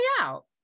out